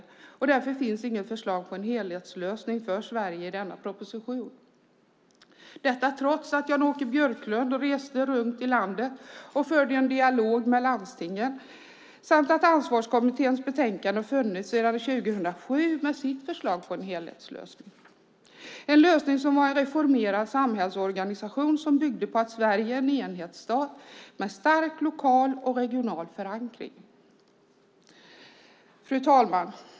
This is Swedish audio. Därför finns det i denna proposition inget förslag till en helhetslösning för Sverige - detta trots att Jan-Åke Björklund rest runt i landet och fört en dialog med landstingen och trots att vi har Ansvarskommitténs betänkande från 2007 med dess förslag till helhetslösning: en reformerad samhällsorganisation som bygger på att Sverige är en enhetsstat med en stark lokal och regional förankring. Fru talman!